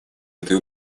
этой